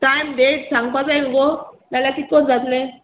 time date सांगपा जाय न्हू गो नाल्यार कित्तकोन्न जातलें